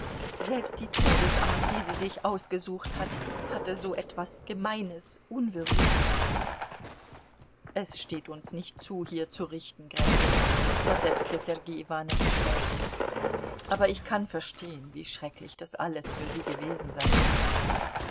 selbst die todesart die sie sich ausgesucht hat hatte so etwas gemeines unwürdiges es steht uns nicht zu hier zu richten gräfin versetzte sergei iwanowitsch seufzend aber ich kann verstehen wie schrecklich das alles für sie gewesen sein muß